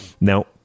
Now